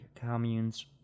communes